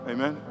Amen